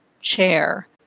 chair